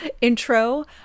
intro